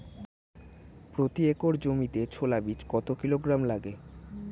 প্রতি একর জমিতে ছোলা বীজ কত কিলোগ্রাম লাগে?